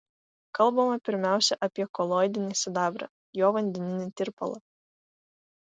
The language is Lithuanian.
kalbama pirmiausia apie koloidinį sidabrą jo vandeninį tirpalą